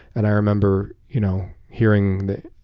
and i remember you know hearing the,